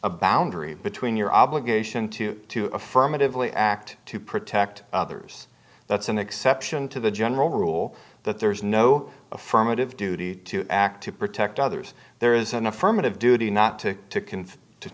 a boundary between your obligation to affirmatively act to protect others that's an exception to the general rule that there is no affirmative duty to act to protect others there is an affirmative duty not to